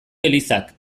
elizak